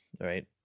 Right